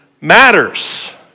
matters